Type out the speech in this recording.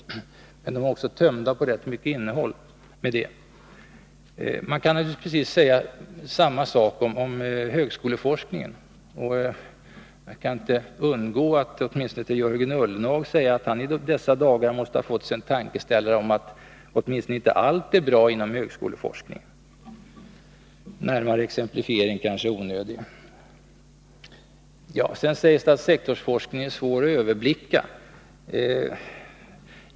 Men därmed är de också tömda på rätt mycket innehåll. Man kan naturligtvis säga samma sak om högskoleforskningen. Jag kan inte undgå att åtminstone till Jörgen Ullenhag säga att han i dessa dagar måste ha fått sig en tankeställare om att inte allt är bra inom högskoleforskningen; närmare exemplifiering kanske är onödig. Sedan sägs det att sektorsforskningen är svår att överblicka.